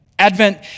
Advent